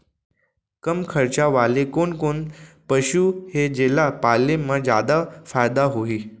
कम खरचा वाले कोन कोन पसु हे जेला पाले म जादा फायदा होही?